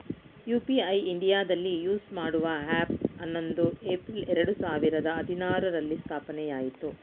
UPI ಇಂಡಿಯಾದಲ್ಲಿ use ಮಾಡುವ ಹ್ಯಾಪ್ ಹನ್ನೊಂದು ಏಪ್ರಿಲ್ ಎರಡು ಸಾವಿರದ ಹದಿನಾರುರಲ್ಲಿ ಸ್ಥಾಪನೆಆಯಿತು